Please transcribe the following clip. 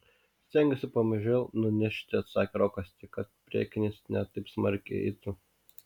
stengsiuosi pamažėl nunešti atsakė rokas tik kad priekinis ne taip smarkiai eitų